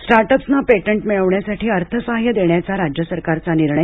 स्टार्टअप्सना patent मिळवण्यासाठी अर्थसहाय्य देण्याचा राज्य सरकारचा निर्णय